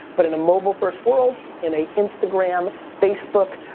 but in a mobile first world, in a instagram, facebook,